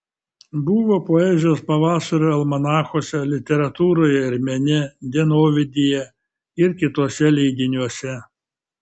buvo poezijos pavasario almanachuose literatūroje ir mene dienovidyje ir kituose leidiniuose